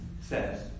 says